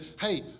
hey